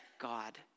god